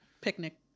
picnic